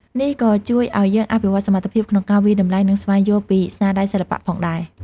នេះក៏ជួយឲ្យយើងអភិវឌ្ឍសមត្ថភាពក្នុងការវាយតម្លៃ និងស្វែងយល់ពីស្នាដៃសិល្បៈផងដែរ។